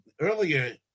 earlier